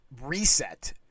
reset